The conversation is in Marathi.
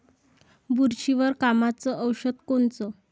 बुरशीवर कामाचं औषध कोनचं?